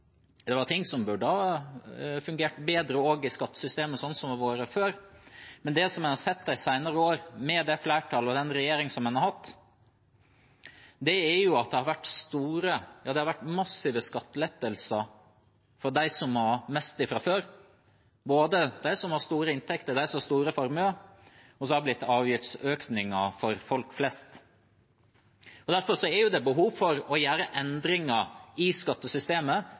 det var før. Men det man har sett de senere årene, med det flertallet og den regjeringen man har hatt, er at det har vært massive skattelettelser for dem som har mest fra før, både for dem som har store inntekter, og for dem som har store formuer, og så er det blitt avgiftsøkninger for folk flest. Derfor er det behov for å gjøre endringer i skattesystemet,